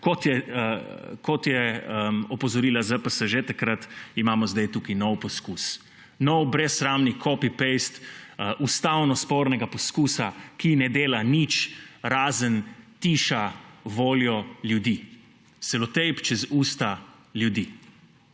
kot je opozorila ZPS že takrat, imamo sedaj tukaj nov poskus. Nov brezsramni copy paste ustavnospornega poskusa, ki ne dala nič, razen tiša voljo ljudi. Selotejp čez usta ljudi,